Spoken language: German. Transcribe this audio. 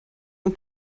und